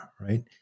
right